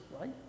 right